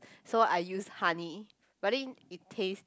so I use honey but then it tastes